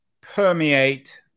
permeate